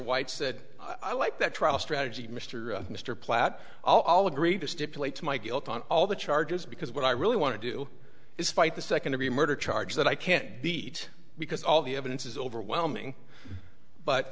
white said i like that trial strategy mr and mr platt i'll agree to stipulate to my guilt on all the charges because what i really want to do is fight the second degree murder charge that i can't beat because all the evidence is overwhelming but